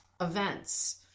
events